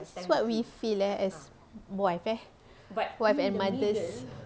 this is what we feel ah as wife eh wife and mothers